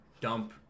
dump